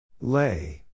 Lay